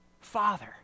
Father